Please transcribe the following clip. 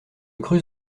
crus